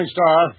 star